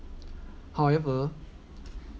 however